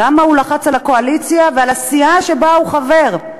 כמה הוא לחץ על הקואליציה ועל הסיעה שבה הוא חבר.